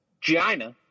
China